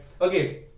Okay